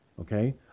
Okay